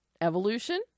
evolution